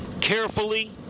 carefully